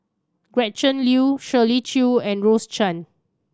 Gretchen Liu Shirley Chew and Rose Chan